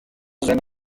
zuena